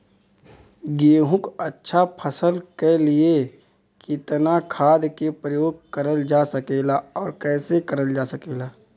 गेहूँक अच्छा फसल क लिए कितना खाद के प्रयोग करल जा सकेला और कैसे करल जा सकेला?